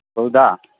ꯁ꯭ꯀꯨꯜꯗ